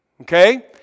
Okay